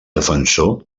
defensor